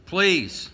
Please